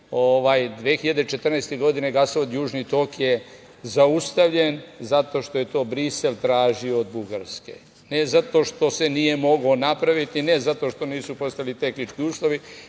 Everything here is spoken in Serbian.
2014. godine gasovod „Južni tok“ je zaustavljen zato što je to Brisel tražio od Bugarske ne zato što se nije mogao napraviti, ne zato što nisu postojali tehnički uslovi,